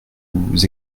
vous